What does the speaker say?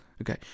okay